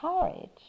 courage